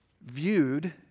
viewed